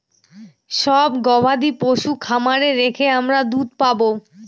সব গবাদি পশু খামারে রেখে আমরা দুধ পাবো